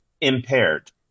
Impaired